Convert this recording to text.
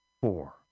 four